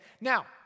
Now